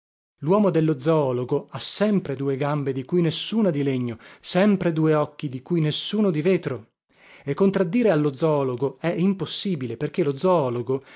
luomo dello zoologo ha sempre due gambe di cui nessuna di legno sempre due occhi di cui nessuno di vetro e contraddire allo zoologo è impossibile perché lo